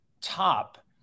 top